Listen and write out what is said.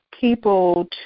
people